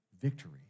victory